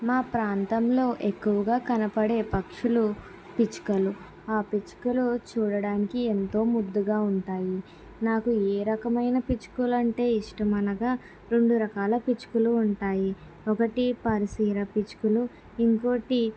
మా ప్రాంతంలో ఎక్కువగా కనబడే పక్షులు పిచ్చుకలు ఆ పిచ్చుకలు చూడటానికి ఎంతో ముద్దుగా ఉంటాయి నాకు ఏ రకమైన పిచ్చుకలు అంటే ఇష్టం అనగా రెండు రకాల పిచ్చుకలు ఉంటాయి ఒకటి పరిసిర పిచ్చుకలు ఇంకోకటి